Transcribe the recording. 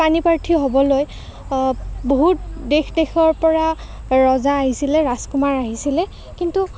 পাণি প্ৰাৰ্থী হ'বলৈ বহুত দেশ দেশৰ পৰা ৰজা আহিছিলে ৰাজকুমাৰ আহিছিলে কিন্তু